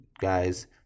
guys